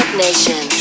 nation